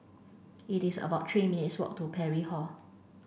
it is about three minutes' walk to Parry Hall